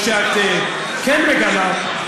או שאת כן מגנה,